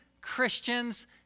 Christians